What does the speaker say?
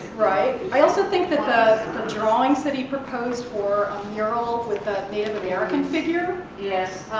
right, i also think that the drawings that he proposed for a mural with a native american figure. yes,